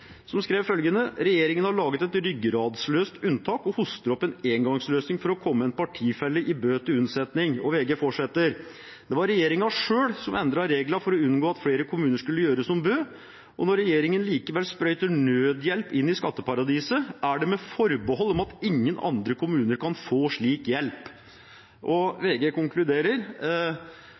som skrev følgende: «Men regjeringen lager altså ryggradsløst et unntak og hoster opp en engangsløsning for å komme en partifelle i Bø til unnsetning.» VG fortsetter: «Det var regjeringen selv som endret reglene for å unngå at flere kommuner gjorde dette. Når regjeringen likevel sprøyter nødhjelp inn i skatteparadiset, er det fortsatt med det forbeholdet at ingen andre skal få denne hjelpen.» VG konkluderer: